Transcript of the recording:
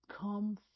come